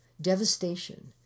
devastation